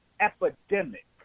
epidemic